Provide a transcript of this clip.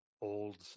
old